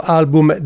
album